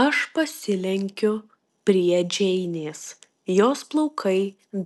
aš pasilenkiu prie džeinės jos plaukai